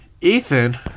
Ethan